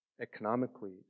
economically